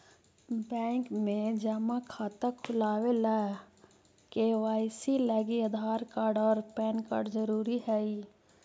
bank में जमा खाता खुलावे ला के.वाइ.सी लागी आधार कार्ड और पैन कार्ड ज़रूरी हई